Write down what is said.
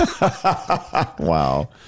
wow